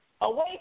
away